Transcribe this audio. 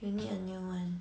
you need a new one